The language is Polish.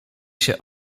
się